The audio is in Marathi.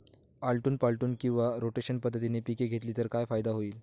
आलटून पालटून किंवा रोटेशन पद्धतीने पिके घेतली तर काय फायदा होईल?